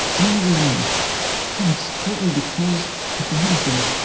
now we know it's partly because, ironically,